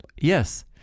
Yes